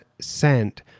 sent